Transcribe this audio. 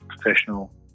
professional